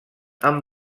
amb